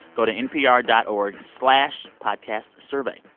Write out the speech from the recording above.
go to npr dot org slash podcastsurvey.